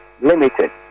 Limited